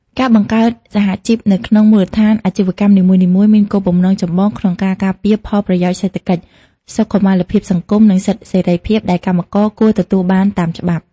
ការបង្កើតសហជីពនៅក្នុងមូលដ្ឋានអាជីវកម្មនីមួយៗ មានគោលបំណងចម្បងក្នុងការការពារផលប្រយោជន៍សេដ្ឋកិច្ច សុខុមាលភាពសង្គម និងសិទ្ធិសេរីភាពដែលកម្មករគួរទទួលបានតាមច្បាប់។